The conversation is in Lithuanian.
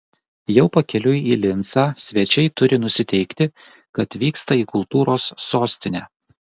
jau pakeliui į lincą svečiai turi nusiteikti kad vyksta į kultūros sostinę